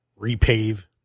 Repave